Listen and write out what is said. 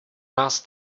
nás